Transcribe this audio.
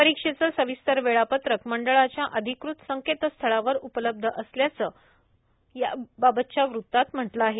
परीक्षेचे सविस्तर वेळापत्रक मंडळाच्या अधिकृत संकेतस्थळावर उपलब्ध असल्याचे याबाबतच्या वृत्तात म्हटले आहे